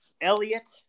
Elliot